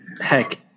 heck